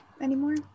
anymore